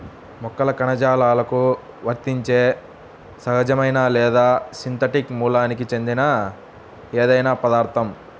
మొక్కల కణజాలాలకు వర్తించే సహజమైన లేదా సింథటిక్ మూలానికి చెందిన ఏదైనా పదార్థం